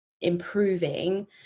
improving